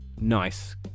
nice